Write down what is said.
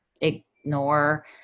ignore